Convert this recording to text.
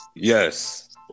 Yes